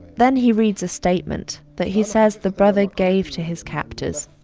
then he reads a statement that he says the brother gave to his captors.